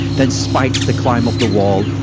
then spikes to climb up the wall,